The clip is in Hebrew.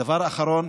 דבר אחרון,